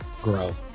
grow